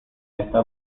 esta